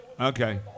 Okay